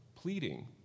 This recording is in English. pleading